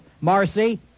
Marcy